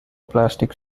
plastic